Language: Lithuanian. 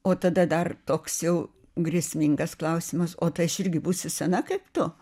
o tada dar toks jau grėsmingas klausimas o tai aš irgi būsiu sena kaip tu